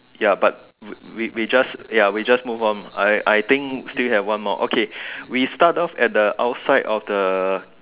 ya but we we just ya we just move on I I think still have one more okay we start off outside of the